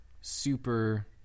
super